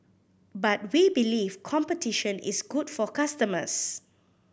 but we believe competition is good for customers